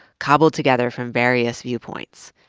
cobbled together from various viewpoints.